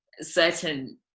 certain